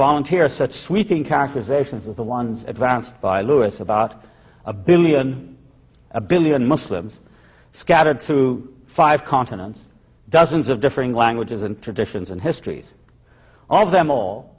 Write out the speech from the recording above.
volunteer such sweeping characterizations of the ones advanced by lewis about a billion a billion muslims scattered through five continents dozens of differing languages and traditions and histories all of them all